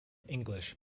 english